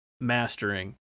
mastering